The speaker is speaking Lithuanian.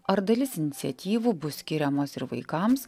ar dalis iniciatyvų bus skiriamos ir vaikams